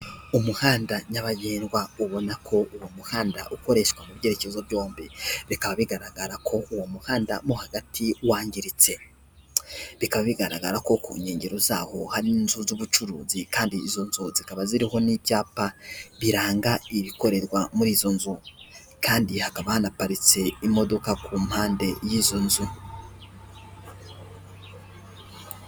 Umuhanda nyabagendwa, ubona ko uwo muhanda ukoreshwa mu byerekezo byombi, bikaba bigaragara ko uwo muhanda mo hagati wangiritse, bikaba bigaragara ko ku nkengero zawo hari n'inzu z'ubucuruzi kandi izo nzu zikaba ziriho n'ibyapa biranga ibikorerwa muri izo nzu, kandi hakaba hanaparitse imodoka ku mpande y'izo nzu.